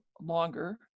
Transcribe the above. longer